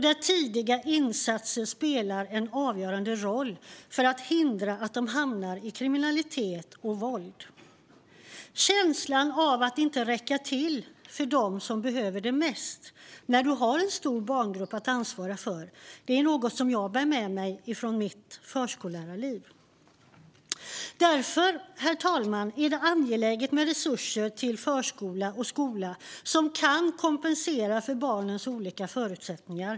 Tidiga insatser spelar då en avgörande roll för att förhindra att de hamnar i kriminalitet och våld. Känslan av att inte räcka till för dem som behöver det mest när man har en stor barngrupp att ansvara för är något jag bär med mig från mitt förskollärarliv. Herr talman! Det är därför angeläget med resurser till förskola och skola som kan kompensera för barnens olika förutsättningar.